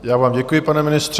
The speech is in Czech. Já vám děkuji, pane ministře.